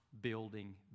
building